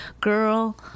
girl